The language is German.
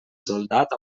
soldat